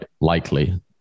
likely